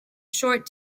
short